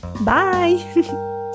Bye